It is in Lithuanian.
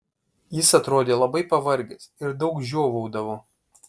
jis atrodė labai pavargęs ir daug žiovaudavo